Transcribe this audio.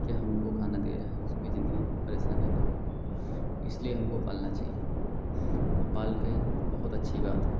तो हम लोग खाना दे रहे उसकी जिंदगी में परेशानियाँ न हो इसलिए हमें उनको पालना चाहिए और पाल कर बहुत अच्छी बात है